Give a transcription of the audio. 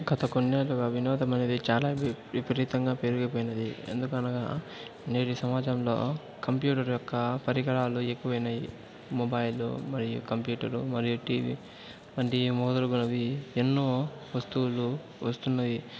గత కొన్నేళ్లుగా వినోదం అనేది చాలా వి విపరీతంగా పెరిగిపోయినది ఎందుకనగా నేటి సమాజంలో కంప్యూటర్ యొక్క పరికరాలు ఎక్కువైనాయి మొబైలు మరియు కంప్యూటర్ మరియు టీవీ వంటి మొదలగునవి ఎన్నో వస్తువులు వస్తున్నాయి